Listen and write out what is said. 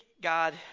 God